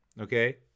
okay